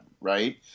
right